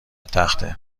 تخته